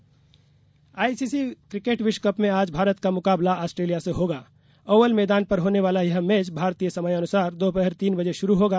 cricket विश्वकप ICC cricket विश्व cup में आज भारत का मुकाबला ऑस्ट्रेलिया से होगा ओवल मैदान पर होने वाला यह मैच भारतीय समयानुसार दोपहर तीन बजे शुरु होगा